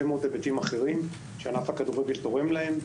מאוד היבטים אחרים שענף הכדורגל תורם להם,